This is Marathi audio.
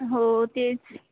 हो तेच